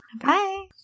Bye